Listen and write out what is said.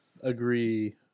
agree